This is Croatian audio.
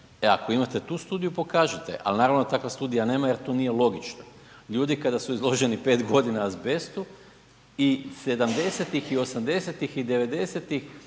e ako imate tu studiju pokažite je, al naravno takva studija nema jer to nije logično, ljudi kada su izloženi 5.g. azbestu i '70.-tih i '80.-tih i '90.-tih